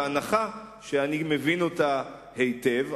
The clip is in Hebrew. בהנחה שאני מבין אותה היטב.